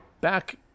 Back